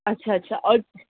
اچھا اچھا اور